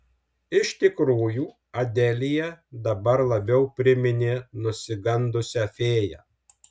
iš tikrųjų adelija dabar labiau priminė nusigandusią fėją